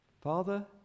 Father